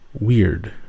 Weird